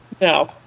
No